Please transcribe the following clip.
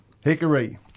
hickory